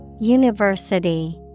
University